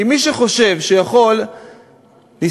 כי מי שחושב שהוא יכול להסתכל,